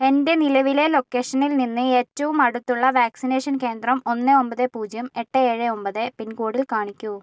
എൻ്റെ നിലവിലെ ലൊക്കേഷനിൽ നിന്ന് ഏറ്റവും അടുത്തുള്ള വാക്സിനേഷൻ കേന്ദ്രം ഒന്ന് ഒമ്പത് പൂജ്യം എട്ട് ഏഴ് ഒമ്പത് പിൻകോഡിൽ കാണിക്കൂ